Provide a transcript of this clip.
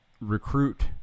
recruit